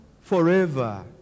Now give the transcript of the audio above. forever